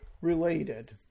related